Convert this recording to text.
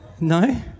No